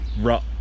rut